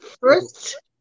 first